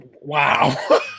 Wow